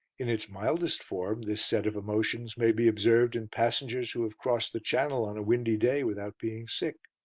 in its mildest form this set of emotions may be observed in passengers who have crossed the channel on a windy day without being sick.